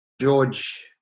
George